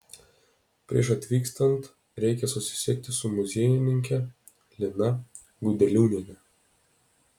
prieš atvykstant reikia susisiekti su muziejininke lina gudeliūniene